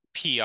PR